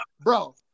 Bro